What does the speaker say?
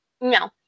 no